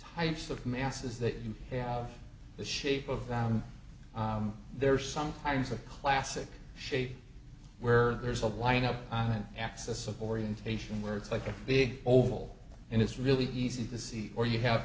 types of masses that you have the shape of out there sometimes a classic shape where there's a line up i have access of orientation where it's like a big oval and it's really easy to see or you have